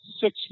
six